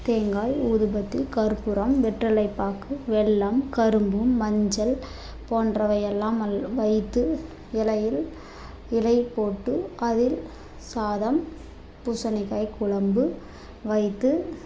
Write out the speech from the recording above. தேங்காய் ஊதுபத்தி கற்பூரம் வெற்றிலை பாக்கு வெல்லம் கரும்பு மஞ்சள் போன்றவையெல்லாம் எல் வைத்து இலையில் இலை போட்டு அதில் சாதம் பூசணிக்காய் குழம்பு வைத்து